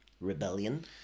rebellion